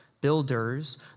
builders